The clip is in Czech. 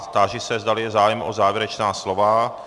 Táži se, zdali je zájem o závěrečná slova?